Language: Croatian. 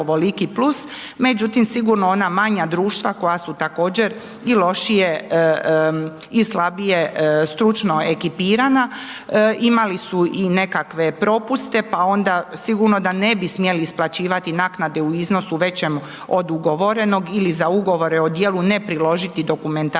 međutim, sigurno ona manja društva koja su također i lošije i slabije stručno ekipirana imali su i nekakve propuste, pa onda sigurno da ne bi smjeli isplaćivati naknade u iznosu većem od ugovorenog ili za Ugovore o djelu ne priložiti dokumentaciju